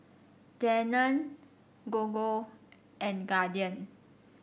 Danone Gogo and Guardian